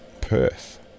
Perth